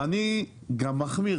ואני גם מחמיר,